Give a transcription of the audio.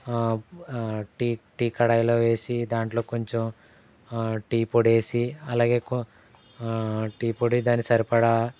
tea tea కడాయిలో వేసి దాంట్లో కొంచెం టీ పొడి వేసి అలాగే కొ టీ పొడి దాని సరిపడా